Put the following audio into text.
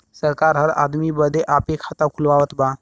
सरकार हर आदमी बदे आपे खाता खुलवावत बा